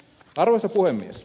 arvoisa puhemies